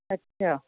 अच्छा